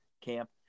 camp